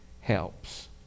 helps